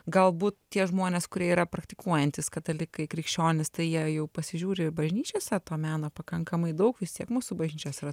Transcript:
galbūt tie žmonės kurie yra praktikuojantys katalikai krikščionys tai jie jau pasižiūri bažnyčiose to meno pakankamai daug vis tiek mūsų bažnyčios yra